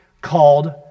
called